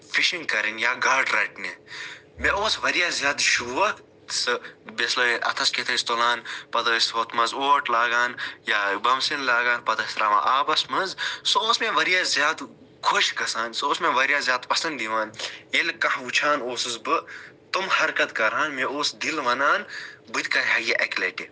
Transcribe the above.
fishing کَرٕنۍ یا گاڈٕ رَٹنہِ مےٚ اوس واریاہ زیادٕ شوق سُہ بِسلاے اَتھَس کیٚتھ ٲسۍ تُلان پَتہٕ ٲسۍ ہۄتھ منٛز اوٹ لاگان یا بۄم سِنۍ لاگان پَتہٕ ٲسۍ ترٛاوان آبَس منٛز سُہ اوس مےٚ واریاہ زیادٕ خۄش گژھان سُہ اوس مےٚ واریاہ زیادٕ پَسنٛد یِوان ییٚلہِ کانٛہہ وُچھان اوسُس بہٕ تِم حرکَت کران مےٚ اوس دِل وَنان بہٕ تہِ کَرٕ ہا یہِ اَکہِ لَٹہِ